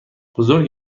بزرگ